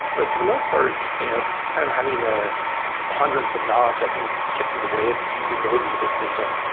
but for the most part, you know kind of having a and preponderance of knobs i think gets in the way of the usability of a system.